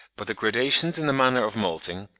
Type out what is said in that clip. but the gradations in the manner of moulting,